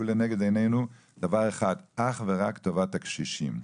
יהיה לנגד עינינו דבר אחד, אך ורק טובת הקשישים.